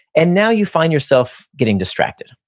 and now you find yourself getting distracted.